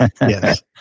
Yes